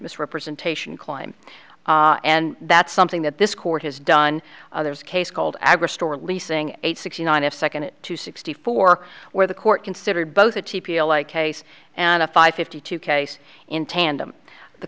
misrepresentation climb and that's something that this court has done there's a case called agra store leasing eight sixty nine if second to sixty four where the court considered both case and a five fifty two case in tandem the